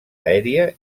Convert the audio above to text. aèria